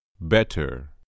Better